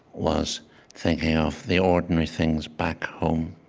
was thinking of the ordinary things back home.